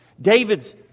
David's